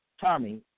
Tommy